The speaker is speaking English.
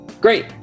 Great